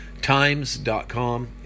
times.com